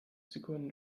sekunden